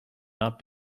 not